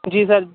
جی سر